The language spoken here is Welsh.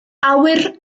awyr